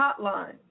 hotline